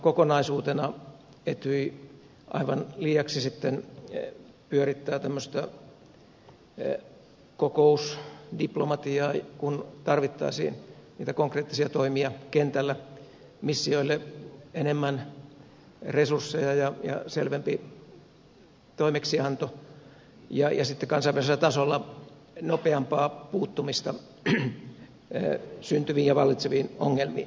kokonaisuutena etyj aivan liiaksi pyörittää tämmöistä kokousdiplomatiaa kun tarvittaisiin niitä konkreettisia toimia kentällä missioille enemmän resursseja ja selvempi toimeksianto ja kansainvälisellä tasolla nopeampaa puuttumista syntyviin ja vallitseviin ongelmiin